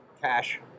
cash